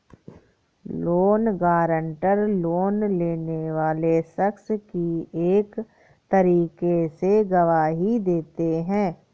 loan guarantor, loan लेने वाले शख्स की एक तरीके से गवाही देते हैं